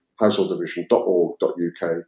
householddivision.org.uk